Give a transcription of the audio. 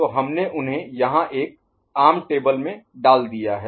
तो हमने उन्हें एक आम टेबल में डाल दिया है